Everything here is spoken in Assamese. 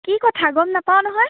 কি কথা গম নাপাওঁ নহয়